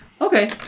Okay